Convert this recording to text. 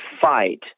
fight